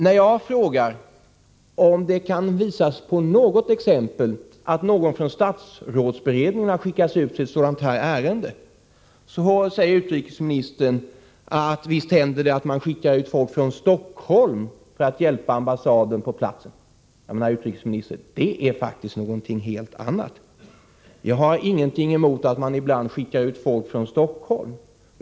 När jag frågar om det går att visa på något exempel på att någon från statsrådsberedningen har skickats ut i ett sådant här ärende, säger utrikesministern: Visst händer det att man skickar ut folk från Stockholm för att hjälpa en ambassad på platsen. Ja, men herr utrikesminister, det är faktiskt någonting helt annat. Jag har ingenting emot att man ibland skickar ut folk från Stockholm.